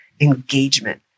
engagement